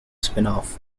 spinoff